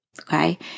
Okay